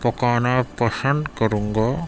پکانا پسند کروں گا